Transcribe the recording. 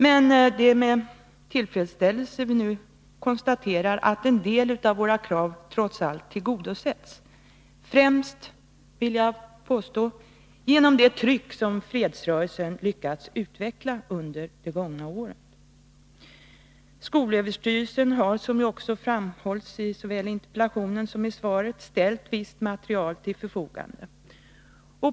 Men vi konstaterar nu med tillfredsställelse att en del av våra krav trots allt har tillgodosetts, främst — det vill jag påstå — genom det tryck som fredsrörelsen har utövat. Som framhålls såväl i interpellationen som i svaret har skolöverstyrelsen ställt visst material till förfogande.